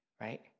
right